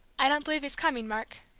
i don't believe he's coming, mark.